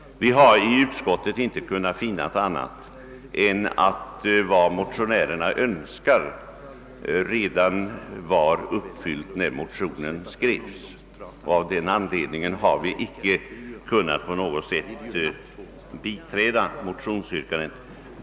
Vi har i utskottet inte kunnat finna annat än att vad motionärerna önskar redan var uppfyllt när motionen skrevs, och av den anledningen har vi inte kunnat biträda motionsyrkandet.